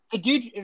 dude